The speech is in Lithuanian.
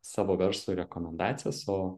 savo verslui rekomendacijas o